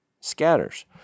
scatters